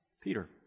Peter